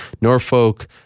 Norfolk